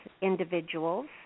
individuals